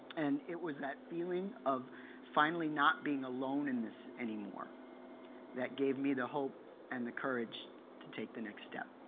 and it was that feeling of finally not being alone in this anymore that gave me the hope and the courage to take the next step.